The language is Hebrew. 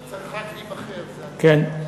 צריך רק להיבחר, זה הכול.